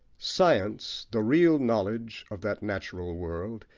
science, the real knowledge of that natural world,